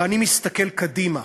ואני מסתכל קדימה